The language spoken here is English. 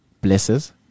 Blesses